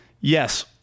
Yes